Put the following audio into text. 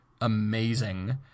Amazing